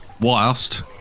whilst